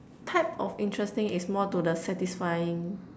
type of interesting is more to the satisfying